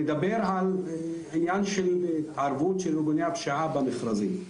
לדבר על עניין התערבות של ארגוני הפשיעה במכרזים,